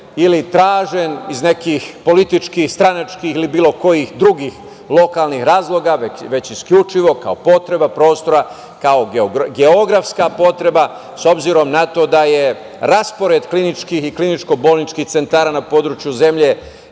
ili tražen iz nekih političkih, stranačkih ili bilo kojih drugih lokalnih razloga, već isključivo kao potreba prostora, kao geografska potreba, s obzirom na to da je raspored kliničko-bolničkih centara na području zemlje,